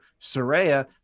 Soraya